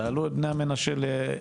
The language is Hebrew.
תעלו את בני המנשה לישראל,